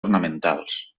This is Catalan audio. ornamentals